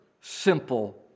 simple